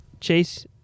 Chase